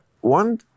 One